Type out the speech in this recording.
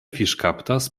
fiŝkaptas